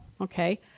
okay